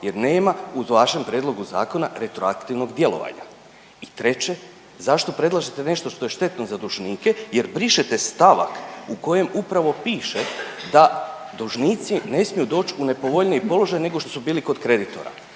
jer nema u vašem prijedlogu zakona retroaktivnog djelovanja. I treće, zašto predlažete nešto što je štetno za dužnike jer brišete stavak u kojem upravo piše da dužnici ne smiju doći u nepovoljniji položaj nego što su bili kod kreditora,